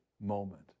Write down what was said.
moment